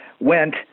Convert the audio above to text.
went